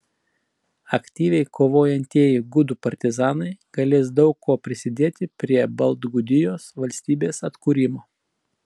aktyviai kovojantieji gudų partizanai galės daug kuo prisidėti prie baltgudijos valstybės atkūrimo